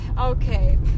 Okay